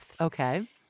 Okay